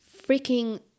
freaking